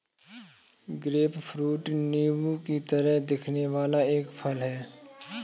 grapefruit नींबू की तरह दिखने वाला एक फल है